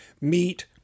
meat